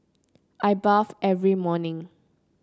I bathe every morning